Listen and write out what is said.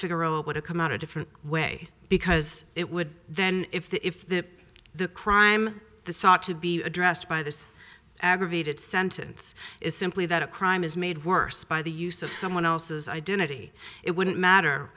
figaro it would have come out a different way because it would then if the if the the crime the sought to be addressed by this aggravated sentence is simply that a crime is made worse by the use of someone else's identity it wouldn't matter